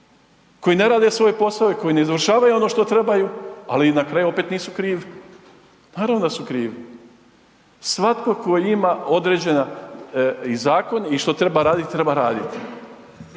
koji ne rade svoj posao i koji ne izvršavaju ono što trebaju, ali na kraju opet nisu krivi. Naravno da su krivi. Svatko tko ima određen i zakon i što treba raditi, treba raditi.